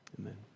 amen